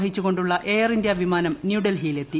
വഹിച്ചുകൊണ്ടുള്ള Air India വിമാനം ന്യൂഡൽഹിയിൽ എത്തി